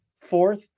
fourth